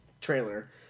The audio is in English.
trailer